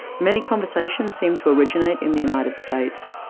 many conversations seem to originate in the united states,